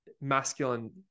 masculine